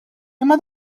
imma